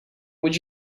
would